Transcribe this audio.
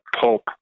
pulp